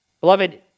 Beloved